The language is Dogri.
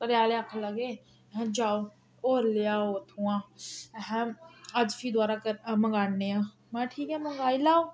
घरै आहले आखन लगा अहें जाओ होर लेआओ उत्थुआं अहें अज्ज फ्ही दबारै उत्थुआं मंगाने आं महां ठीक ऐ मंगाई लैओ